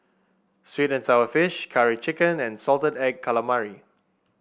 sweet and sour fish Curry Chicken and Salted Egg Calamari